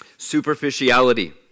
superficiality